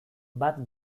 bat